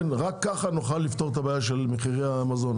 רק ככה נוכל לפתור את הבעיה של מחירי המזון,